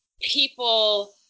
people